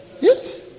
yes